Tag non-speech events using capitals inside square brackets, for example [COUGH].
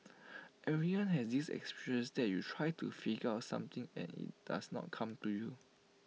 [NOISE] everyone has this [UNINTELLIGIBLE] that you try to figure out something and IT does not come to you